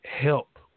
help